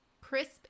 Crisp